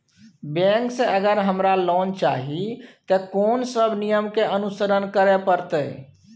Bank से अगर हमरा लोन चाही ते कोन सब नियम के अनुसरण करे परतै?